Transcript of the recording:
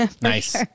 Nice